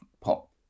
pop